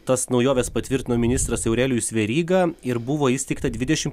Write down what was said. tas naujoves patvirtino ministras aurelijus veryga ir buvo įsteigta dvidešim